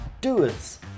doers